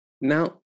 Now